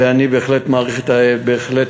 ואני בהחלט מעריך את ההתנדבות